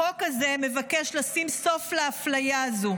החוק הזה מבקש לשים סוף לאפליה הזו.